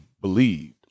believed